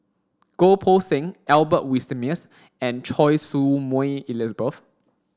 Goh Poh Seng Albert Winsemius and Choy Su Moi Elizabeth